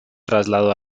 trasladó